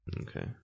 Okay